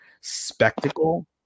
spectacle